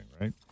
right